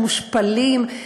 מושפלים,